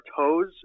toes